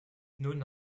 nun